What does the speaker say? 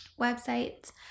websites